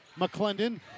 McClendon